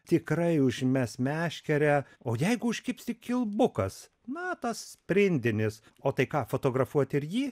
tikrai užmes meškerę o jeigu užkibs tik kilbukas na tas sprindinis o tai ką fotografuoti ir jį